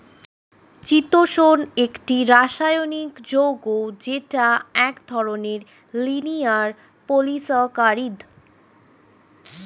চিতোষণ একটি রাসায়নিক যৌগ যেটা এক ধরনের লিনিয়ার পলিসাকারীদ